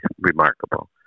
remarkable